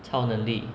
超能力